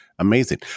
Amazing